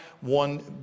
one